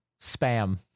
spam